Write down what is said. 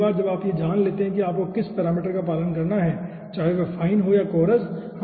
तो एक बार जब आप जान जाते हैं कि आपको किस पैरामीटर का पालन करना है चाहे वह फाइन हो या कोरेस